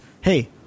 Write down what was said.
hey